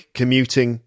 commuting